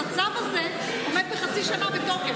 הצו הזה עומד חצי שנה בתוקף.